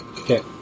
Okay